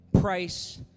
price